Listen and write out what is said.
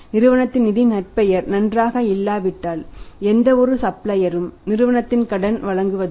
நிறுவனத்தின் நிதி நற்பெயர் நன்றாக இல்லாவிட்டால் எந்தவொரு சப்ளையரும் நிறுவனத்திற்கு கடன் வழங்குவதில்லை